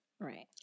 Right